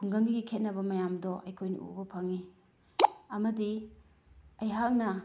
ꯈꯨꯡꯒꯪꯒꯤ ꯈꯦꯅꯕ ꯃꯌꯥꯝꯗꯣ ꯑꯩꯈꯣꯏꯅ ꯎꯕ ꯐꯪꯏ ꯑꯃꯗꯤ ꯑꯩꯍꯥꯛꯅ